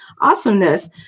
awesomeness